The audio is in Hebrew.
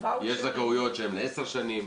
יש זכאויות שהן לעשר שנים,